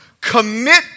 Commit